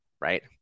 right